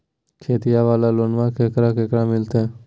खेतिया वाला लोनमा केकरा केकरा मिलते?